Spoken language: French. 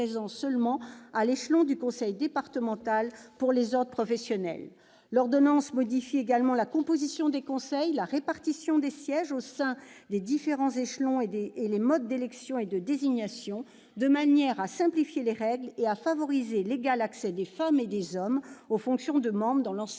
L'ordonnance modifie également la composition des conseils, la répartition des sièges au sein des différents échelons et les modes d'élection et de désignation, de manière à simplifier les règles et à favoriser l'égal accès des femmes et des hommes aux fonctions de membres dans l'ensemble